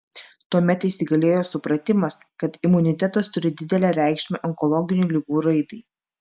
tuomet įsigalėjo supratimas kad imunitetas turi didelę reikšmę onkologinių ligų raidai